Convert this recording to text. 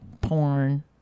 porn